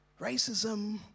racism